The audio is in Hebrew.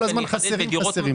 כל הזמן חסרות וחסרות.